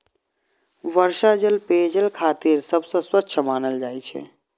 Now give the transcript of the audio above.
वर्षा जल पेयजल खातिर सबसं स्वच्छ मानल जाइ छै